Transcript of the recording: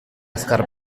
azkar